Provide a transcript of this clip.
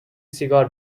سیگار